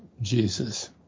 Jesus